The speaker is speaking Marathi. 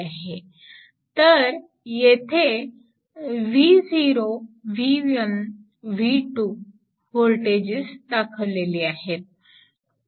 58 तर येथे Vo V1 V2 वोल्टेज दाखविलेली आहे आहेत